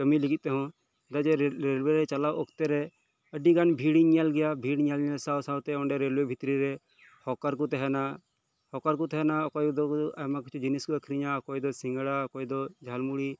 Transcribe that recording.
ᱠᱟᱹᱢᱤ ᱞᱟᱹᱜᱤᱫ ᱛᱮᱦᱚᱸ ᱚᱱᱠᱟ ᱡᱮ ᱨᱮᱞᱳᱣᱮ ᱨᱮ ᱪᱟᱞᱟᱣ ᱚᱠᱛᱮ ᱨᱮ ᱟᱹᱰᱤ ᱜᱟᱱ ᱵᱷᱤᱲ ᱤᱧ ᱧᱮᱞ ᱜᱮᱭᱟ ᱵᱷᱤᱲ ᱧᱮᱞ ᱥᱟᱶ ᱥᱟᱶᱛᱮ ᱚᱸᱰᱮ ᱨᱮᱞᱳᱣᱮ ᱵᱷᱤᱛᱨᱤ ᱨᱮ ᱦᱚᱠᱟᱨ ᱠᱚ ᱛᱟᱦᱮᱱᱟ ᱦᱚᱠᱟᱨ ᱠᱚ ᱛᱟᱦᱮᱱᱟ ᱚᱠᱚᱭ ᱠᱚᱫᱚ ᱟᱭᱢᱟ ᱠᱤᱪᱷᱩ ᱡᱤᱱᱤᱥ ᱠᱚ ᱟᱹᱠᱷᱨᱤᱧᱟ ᱚᱠᱚᱭ ᱫᱚ ᱥᱤᱸᱜᱟᱲᱟ ᱚᱠᱚᱭ ᱫᱚ ᱡᱷᱟᱞ ᱢᱩᱲᱤ